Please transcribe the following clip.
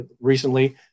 recently